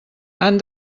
han